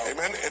Amen